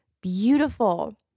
beautiful